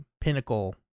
pinnacle